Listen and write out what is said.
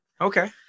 Okay